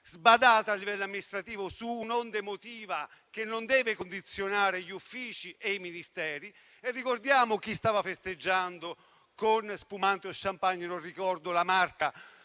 sbadata a livello amministrativo, su un'onda emotiva che non deve condizionare gli uffici e i Ministeri. Ricordiamo chi stava festeggiando con spumante o *champagne* (non ricordo esattamente